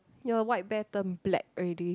your white bear turn black already